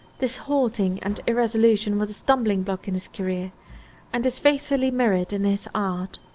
this halting and irresolution was a stumbling block in his career and is faithfully mirrored in his art.